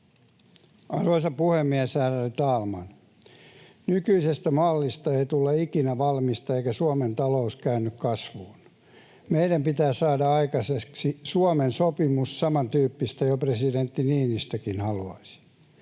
Arvoisa puhemies, ärade talman! Nykyisestä mallista ei tule ikinä valmista, eikä Suomen talous käänny kasvuun. Meidän pitää saada aikaiseksi Suomen sopimus. Samantyyppistä jo presidentti Niinistökin haluaisi.